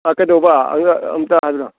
ꯑ ꯀꯩꯗꯧꯕ ꯑꯝꯇ ꯍꯥꯏꯕꯤꯔꯛꯑꯣ